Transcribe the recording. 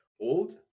old